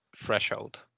threshold